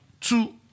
two